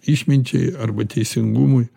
išminčiai arba teisingumui